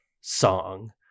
song